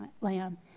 lamb